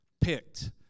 picked